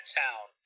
town